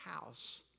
house